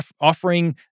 offering